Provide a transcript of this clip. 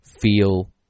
feel